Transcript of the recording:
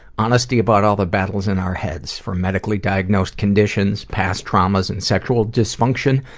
honesty about all the battles in our heads, from medically diagnosed conditions, past traumas, and sexual dysfunction,